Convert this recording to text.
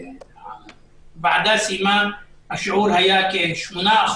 כשהוועדה סיימה, השיעור היה כ-8%.